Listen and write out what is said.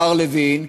השר לוין,